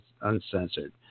Uncensored